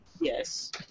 Yes